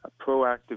proactive